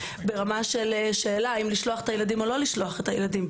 ברמה של האם לשלוח את הילדים או לא לשלוח את הילדים,